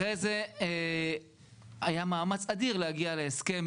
אחרי זה היה מאמץ אדיר להגיע להסכם,